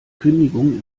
kündigung